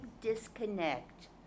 disconnect